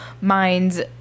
minds